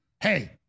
Hey